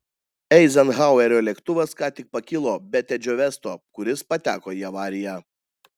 eizenhauerio lėktuvas ką tik pakilo be tedžio vesto kuris pateko į avariją